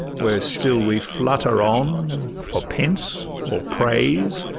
where still we flutter on for pence or praise